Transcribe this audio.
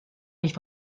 nicht